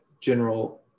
general